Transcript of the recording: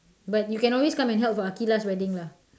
but you can always come and help for Aqilah's wedding lah